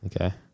Okay